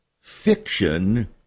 fiction